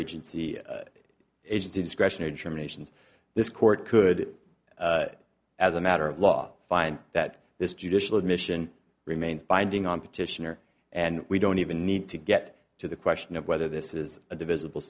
or agency is discretionary terminations this court could as a matter of law find that this judicial admission remains binding on petitioner and we don't even need to get to the question of whether this is a divisible